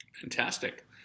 Fantastic